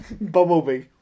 Bumblebee